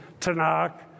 Tanakh